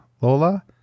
Lola